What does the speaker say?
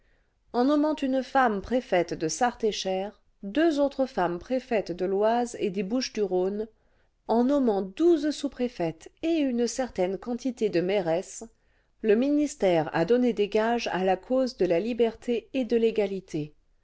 en nommant une femme préfète de sarthe et cher deux autres femmes préfètes de l'oise et des bouches du rhôue en nommant douze sous préfètes et une certaine quantité de mairesses le ministère a donné des gages à la cause de la liberté et de l'égalité